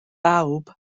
bawb